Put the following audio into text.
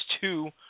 two